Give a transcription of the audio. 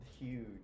huge